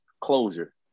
closure